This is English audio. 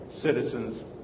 citizens